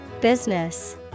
Business